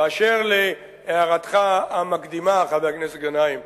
ואשר להערתך המקדימה, חבר הכנסת גנאים,